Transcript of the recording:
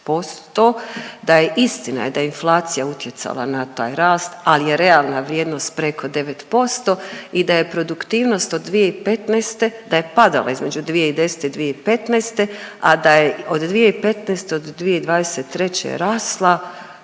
da je istina da je inflacija utjecala na taj rast, ali je realna vrijednost preko 9% i da je produktivnost od 2015., da je padala između 2010. i 2015., a da je od 2015., od 2023. rasla